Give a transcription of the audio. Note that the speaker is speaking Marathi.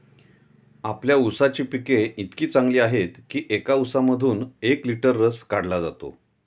आपल्या ऊसाची पिके इतकी चांगली आहेत की एका ऊसामधून एक लिटर रस काढला जातो